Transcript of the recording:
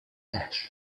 ash